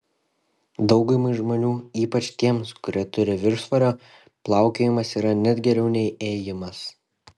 daugumai žmonių ypač tiems kurie turi viršsvorio plaukiojimas yra net geriau nei ėjimas